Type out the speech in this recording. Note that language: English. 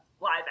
live